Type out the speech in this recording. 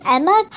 Emma